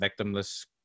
victimless